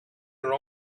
your